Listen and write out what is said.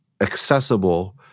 accessible